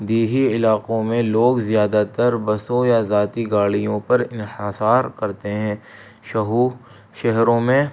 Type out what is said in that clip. دیہی علاقوں میں لوگ زیادہ تر بسوں یا ذاتی گاڑیوں پر انحصار کرتے ہیں شہو شہروں میں